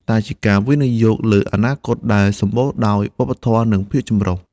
តែជាការវិនិយោគលើអនាគតដែលសម្បូរដោយវប្បធម៌និងភាពចម្រុះ។